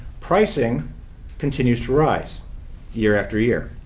pricing continues to rise year after year.